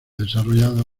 desarrollado